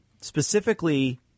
specifically